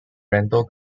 rental